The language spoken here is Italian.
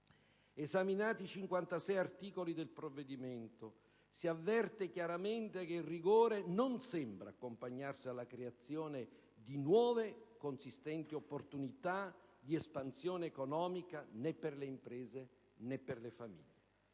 esaminati i 56 articoli del provvedimento, si avverte chiaramente che il rigore non sembra accompagnarsi alla creazione di nuove consistenti opportunità di espansione economica, né per le imprese né per le famiglie.